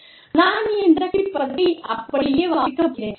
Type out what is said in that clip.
நான் இந்த கடைசி பத்தியை அப்படியே வாசிக்கப்போகிறேன்